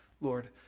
Lord